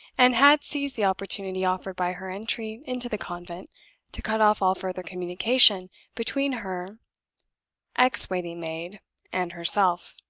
and had seized the opportunity offered by her entry into the convent to cut off all further communication between her ex-waiting-maid and herself.